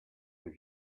est